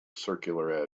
circular